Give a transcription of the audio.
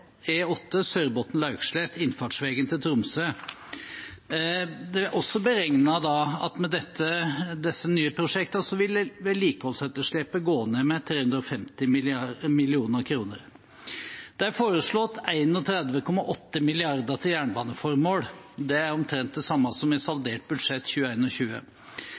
også beregnet at med disse nye prosjektene vil vedlikeholdsetterslepet gå ned med 350 mill. kr. Det er foreslått 31,8 mrd. kr til jernbaneformål. Det er omtrent det samme som i saldert budsjett